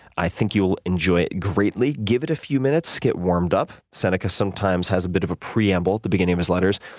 i think you'll enjoy it greatly. give it a few minutes to get warmed up. seneca sometimes has a bit of a preamble at the beginning of his letters.